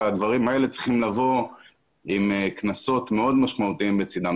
והדברים האלה צריכים לבוא עם קנסות מאוד משמעותיים בצידם.